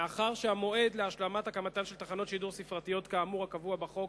מאחר שהמועד להשלמת הקמתן של תחנות שידור ספרתיות כאמור הקבוע בחוק